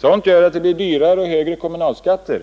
det gör att det blir dyrare och att vi får högre kommunalskatter.